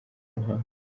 umuhango